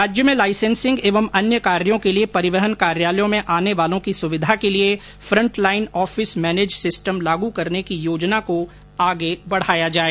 प्रदेश में लाइसेंसिंग एवं अन्य कार्यो के लिए परिवहन कार्यालयों में आने वालों की सुविधा के लिए फ्रंटलाइन ऑफिस मैनेज सिस्टम लागू करने की योजना का आगे बढाया जाए